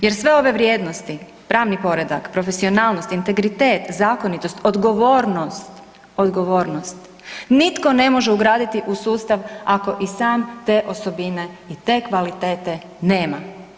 Jer sve ove vrijednosti pravni poredak, profesionalnost, integritet, zakonitost, odgovornost, odgovornost, nitko ne može ugraditi u sustav ako i sam te osobine i te kvalitete nema.